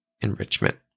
enrichment